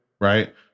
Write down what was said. right